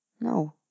No